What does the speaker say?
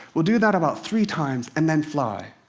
will do that about three times, and then fly.